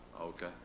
Okay